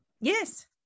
Yes